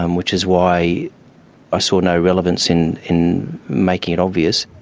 um which is why i saw no relevance in in making it obvious.